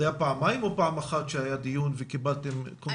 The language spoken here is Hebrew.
זה היה פעמיים או פעם אחת שהיה דיון וקיבלתם את המסקנות?